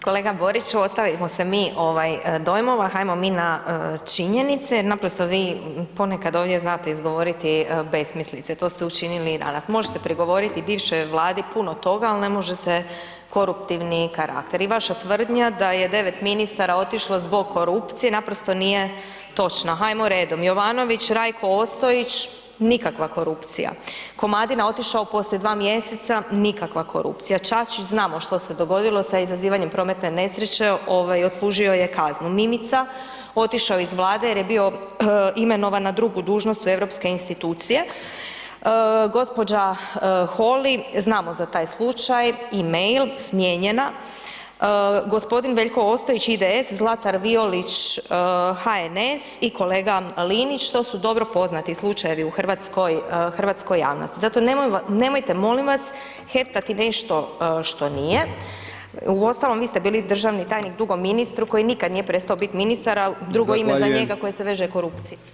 Kolega Boriću, ostavimo se mi ovaj dojmova, hajmo mi na činjenice, naprosto vi ponekad ovdje znate izgovoriti besmislice, to ste učinili i danas, možete prigovoriti bivšoj Vladi puno toga, al ne možete koruptivni karakter i vaša tvrdnja da je 9 ministara otišlo zbog korupcije naprosto nije točno, hajmo redom Jovanović, Rajko Ostojić, nikakva korupcija, Komadina otišao poslije 2. mjeseca, nikakva korupcija, Čačić znamo što se dogodilo sa izazivanjem prometne nesreće ovaj odslužio je kaznu, Mimica otišao je iz Vlade jer je bio imenovan na drugu dužnost u Europske institucije, gđa. Holy, znamo za taj slučaj, e-mail, smijenjena, g. Veljko Ostojić IDS, Zlatar Violić HNS i Kolega Linić, to su dobro poznati slučajevi u hrvatskoj, hrvatskoj javnosti, zato nemojte molim vas heftati nešto što nije, uostalom vi ste bili državni tajnik dugo ministru koji nikad nije prestao bit ministar [[Upadica: Zahvaljujem]] a drugo ime za njega koje se veže je korupcija.